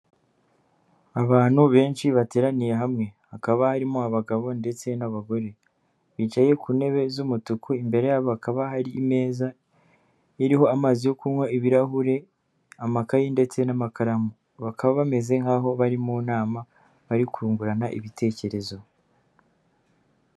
Abantu benshi bateraniye hamwe, hakaba harimo abagabo ndetse n'abagore, bicaye ku ntebe z'umutuku, imbere yabo hakaba hari meza iriho amazi yo kunywa, ibirahure amakaye ndetse n'amakaramu, bakaba bameze nk'aho bari mu nama bari kungurana ibitekerezo.